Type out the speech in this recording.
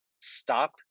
stop